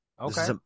Okay